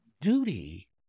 duty